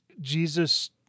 Jesus